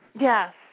Yes